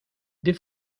des